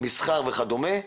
מסחר וכדומה,